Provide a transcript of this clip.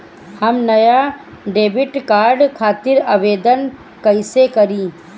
हम नया debit card खातिर आवेदन कईसे करी?